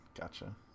Gotcha